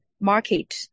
Market